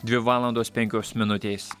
dvi valandos penkios minutės